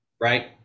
right